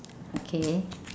okay